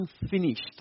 unfinished